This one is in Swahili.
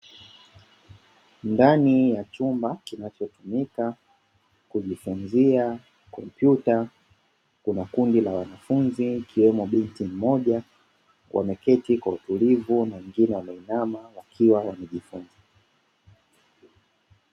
Ndani ya chumba kinacho tumika kujifunzia kompyuta kuna kundi la wanafunzi ikiwemo binti mmoja, wameketi kwa utulivu na wengine wameinama wakiwa wanajifunza.